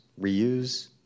reuse